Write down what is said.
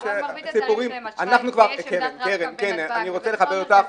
--- יש עמדת רב קו בנתב"ג, בכל המרכזיות.